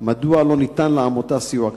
2. מדוע לא ניתן לעמותה סיוע כספי?